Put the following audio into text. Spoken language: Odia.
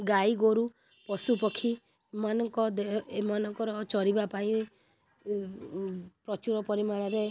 ଗାଈଗୋରୁ ପଶୁପକ୍ଷୀ ଏମାନଙ୍କ ଦେହ ଏମାନଙ୍କର ଚରିବା ପାଇଁ ପ୍ରଚୁର ପରିମାଣରେ